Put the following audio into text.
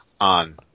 on